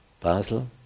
Basel